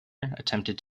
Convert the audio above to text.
attempted